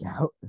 out